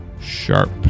sharp